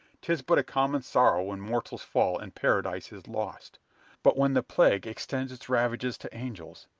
tis but a common sorrow when mortals fall and paradise is lost but, when the plague extends its ravages to angels,